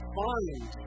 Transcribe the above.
find